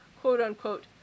quote-unquote